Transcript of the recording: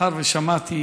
מאחר ששמעתי